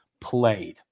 played